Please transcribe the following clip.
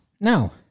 Now